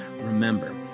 Remember